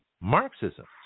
Marxism